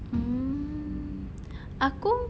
mm aku